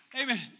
Amen